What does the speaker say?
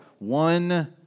one